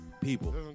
people